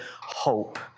hope